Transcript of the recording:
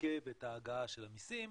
שעיכב את ההגעה של המסים,